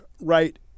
right